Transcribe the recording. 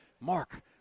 Mark